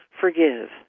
forgive